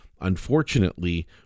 unfortunately